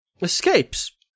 escapes